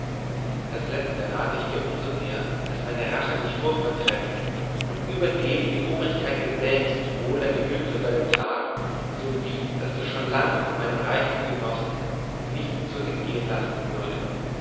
das letzte rate ich dir um so mehr als meine rache dich furchtbar treffen und überdem die obrigkeit dir selbst wohl deine hülfe bei der tat sowie daß du schon lange von meinem reichtum genossest nicht so hingehen lassen würde